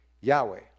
Yahweh